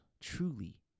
truly